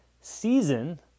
Season